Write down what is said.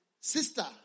Sister